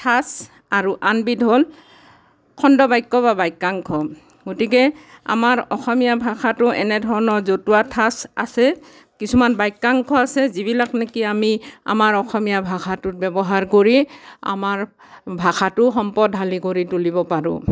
ঠাঁচ আৰু আনবিধ হ'ল খণ্ডবাক্য বা বাক্যাংশ গতিকে আমাৰ অসমীয়া ভাষাতো এনেধৰণৰ জতুৱা ঠাঁচ আছে কিছুমান বাক্যাংশ আছে যিবিলাক নেকি আমি আমাৰ অসমীয়া ভাষাটোত ব্যৱহাৰ কৰি আমাৰ ভাষাটো সম্পদশালী কৰি তুলিব পাৰোঁ